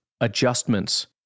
adjustments